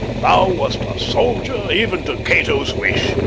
thou wast a soldier even to cato's wish,